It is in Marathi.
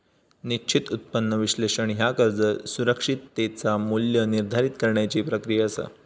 निश्चित उत्पन्न विश्लेषण ह्या कर्ज सुरक्षिततेचा मू्ल्य निर्धारित करण्याची प्रक्रिया असा